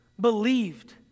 believed